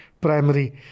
primary